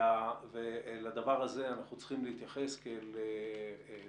לדבר הזה אנחנו צריכים להתייחס בסדר